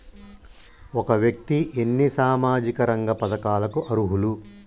ఒక వ్యక్తి ఎన్ని సామాజిక రంగ పథకాలకు అర్హులు?